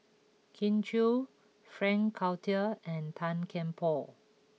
Kin Chui Frank Cloutier and Tan Kian Por